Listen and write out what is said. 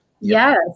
Yes